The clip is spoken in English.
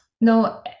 no